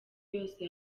yose